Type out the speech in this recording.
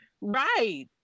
right